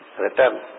return